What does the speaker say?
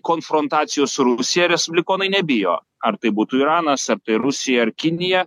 konfrontacijos su rusija respublikonai nebijo ar tai būtų iranas ar tai rusija ar kinija